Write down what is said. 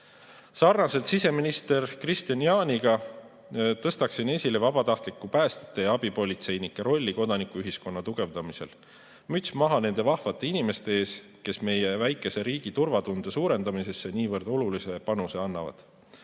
kaasa. Nagu Kristian Jaani tõstaksin minagi esile vabatahtlike päästjate ja abipolitseinike rolli kodanikuühiskonna tugevdamisel. Müts maha nende vahvate inimeste ees, kes meie väikese riigi turvatunde suurendamisse niivõrd olulise panuse annavad.